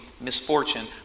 misfortune